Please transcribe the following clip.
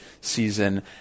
season